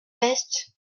veste